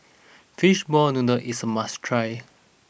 Fishball Noodle is a must try